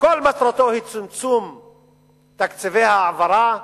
מטרתו היא צמצום תקציבי ההעברה,